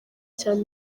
cyane